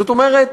זאת אומרת,